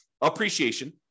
Appreciation